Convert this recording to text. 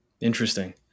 Interesting